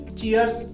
cheers